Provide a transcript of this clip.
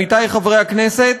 עמיתי חברי הכנסת,